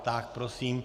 Tak prosím.